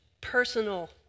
personal